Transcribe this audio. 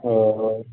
ओ